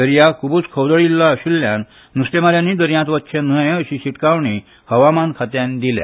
दर्या खुबूच खवदळिल्लो आशिल्ल्यान न्रस्तेमाऱ्यानी दर्यांत वच्चें न्हय अशी शिटकावणी हवामान खात्यान दिल्या